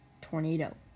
Tornado